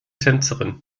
tänzerin